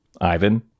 Ivan